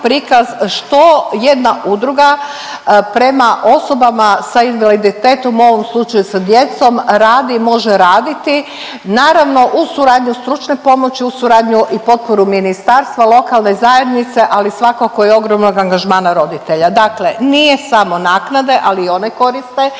što jedna udruga prema osobama sa invaliditetom, u ovom slučaju sa djecom, radi i može raditi, naravno uz suradnju stručne pomoći, uz suradnju i potporu ministarstva, lokalne zajednice, ali svakako i ogromnog angažmana roditelja, dakle nije samo naknade, ali i one koriste,